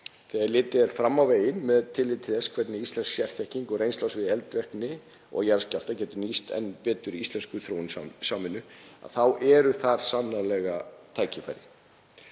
Þegar litið er fram á veginn með tilliti til þess hvernig íslensk sérþekking og reynsla á sviði eldvirkni og jarðskjálfta geti nýst enn betur í íslenskri þróunarsamvinnu þá eru þar sannarlega tækifæri.